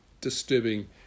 disturbing